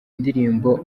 indirimbo